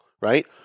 right